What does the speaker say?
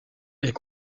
est